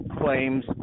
Claims